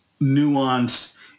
nuanced